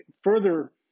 further